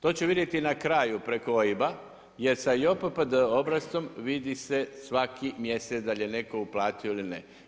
To će vidjeti na kraju preko OIB-a jer sa JPPD obrascom vidi se svaki mjesec dal je netko uplatio ili ne.